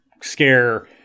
scare